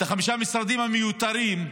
חמשת המשרדים המיותרים,